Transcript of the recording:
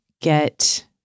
get